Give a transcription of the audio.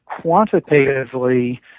quantitatively